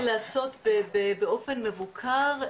זה צריך להיעשות באופן מבוקר,